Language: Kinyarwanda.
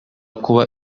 kuba